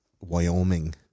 Wyoming